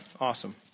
awesome